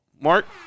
Mark